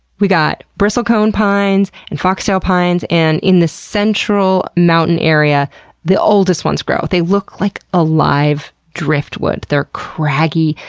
we've got bristlecone pines, and foxtail pines, and in the central mountain area the oldest ones grow. they look like alive driftwood they're craggy,